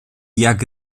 jak